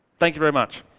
thank you very much.